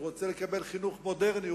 הוא רוצה לקבל חינוך מודרני.